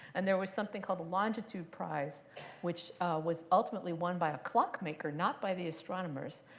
and there was something called the longitude prize which was ultimately won by a clock maker, not by the astronomers,